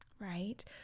right